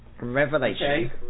Revelation